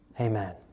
Amen